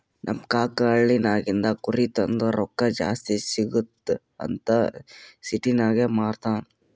ನಮ್ ಕಾಕಾ ಹಳ್ಳಿನಾಗಿಂದ್ ಕುರಿ ತಂದು ರೊಕ್ಕಾ ಜಾಸ್ತಿ ಸಿಗ್ತುದ್ ಅಂತ್ ಸಿಟಿನಾಗ್ ಮಾರ್ತಾರ್